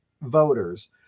voters